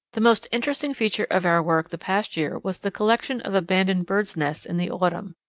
the most interesting feature of our work the past year was the collection of abandoned birds' nests in the autumn.